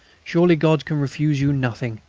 surely god can refuse you nothing.